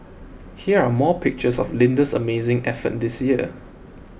here are more pictures of Linda's amazing effort this year